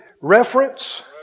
reference